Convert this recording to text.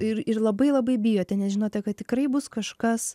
ir ir labai labai bijote nes žinote kad tikrai bus kažkas